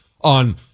on